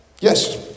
Yes